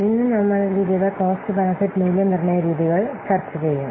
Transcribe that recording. ഇന്ന് നമ്മൾ വിവിധ കോസ്റ്റ് ബെനെഫിറ്റ് മൂല്യനിർണയ രീതികൾ ചർച്ച ചെയ്യും